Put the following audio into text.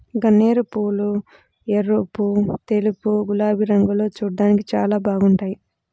గన్నేరుపూలు ఎరుపు, తెలుపు, గులాబీ రంగుల్లో చూడ్డానికి చాలా బాగుంటాయ్